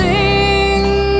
Sing